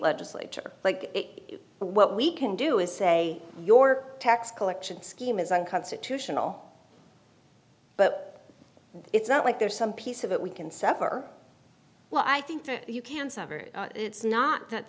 legislature like it but what we can do is say your tax collection scheme is unconstitutional but it's not like there's some piece of it we can sever well i think you can separate it's not that